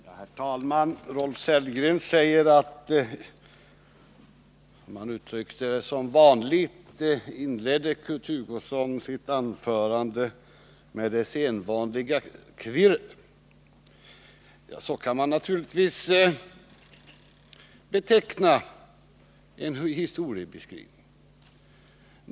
Herr talman! Rolf Sellgren sade någonting om att Kurt Hugosson inledde sitt anförande med det sedvanliga kvirret. Så kan man naturligtvis beteckna en historiebeskrivning.